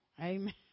Amen